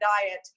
diet